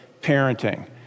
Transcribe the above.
parenting